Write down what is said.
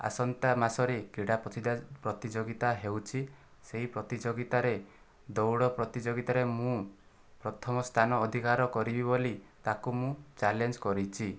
ଆସନ୍ତା ମାସରେ କ୍ରୀଡ଼ା ପ୍ରତିତା ପ୍ରତିଯୋଗିତା ହେଉଛି ସେହି ପ୍ରତିଯୋଗିତାରେ ଦୌଡ଼ ପ୍ରତିଯୋଗିତାରେ ମୁଁ ପ୍ରଥମ ସ୍ଥାନ ଅଧିକାର କରିବି ବୋଲି ତାକୁ ମୁଁ ଚ୍ୟାଲେଞ୍ଜ କରିଛି